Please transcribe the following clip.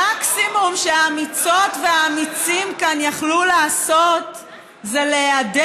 המקסימום שהאמיצות והאמיצים כאן יכלו לעשות זה להיעדר.